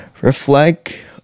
Reflect